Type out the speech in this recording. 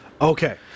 Okay